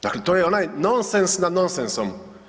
Dakle to je onaj nonsens nad nonsensom.